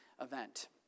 event